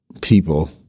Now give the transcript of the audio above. people